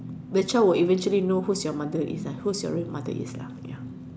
the child will eventually know who's your mother is lah who's your real mother is lah ya